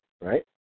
right